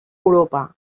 europa